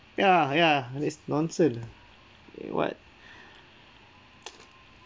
ya ya it's nonsense what